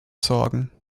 sorgen